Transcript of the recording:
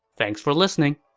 thanks for listening!